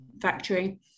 factory